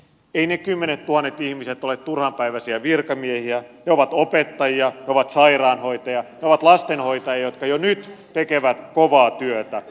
eivät ne kymmenettuhannet ihmiset ole turhanpäiväisiä virkamiehiä ne ovat opettajia ne ovat sairaanhoitajia ne ovat lastenhoitajia jotka jo nyt tekevät kovaa työtä